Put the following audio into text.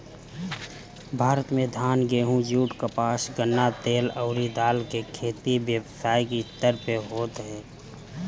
भारत में धान, गेंहू, जुट, कपास, गन्ना, तेल अउरी दाल के खेती व्यावसायिक स्तर पे होत ह